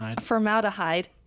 Formaldehyde